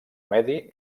medi